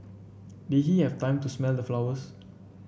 did he have time to smell the flowers